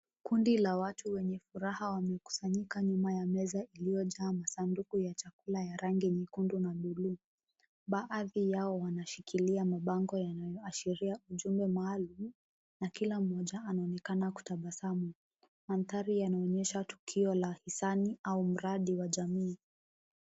Kundi la watu wenye furaha wamekusanyika nyuma ya meza iliyojaa masanduku ya chakula ya rangi nyekundu na buluu. Baadhi yao wanashikilia mabango yanayo ashiria ujumbe maalumu, na kila mmoja anaonekana kutabasamu. Mandhari yanaonyesha tukio la hisanii au mradi wa jamii.